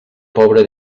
pobra